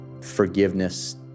forgiveness